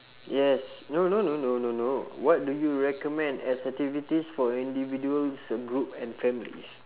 yes no no no no no what do you recommend as activities for individuals group and families